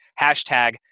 hashtag